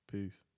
Peace